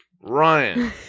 Ryan